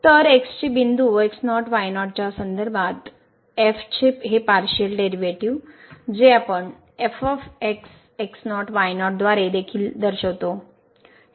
तर x चे बिंदू x0 y0 च्या संदर्भात f चे हे पारशिअल डेरिव्हेटिव्ह जे आपण द्वारे देखील दर्शवितो